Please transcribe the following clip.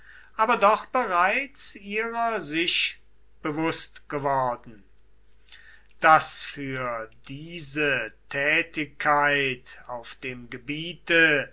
aber doch bereits ihrer sich bewußt geworden daß für diese tätigkeit auf dem gebiete